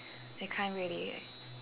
they can't really